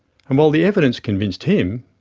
and while the evidence convinced him,